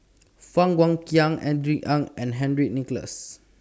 Fang Guixiang Andrew Ang and Henry Nicholas